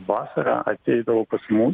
vasarą ateidavo pas mus